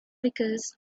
because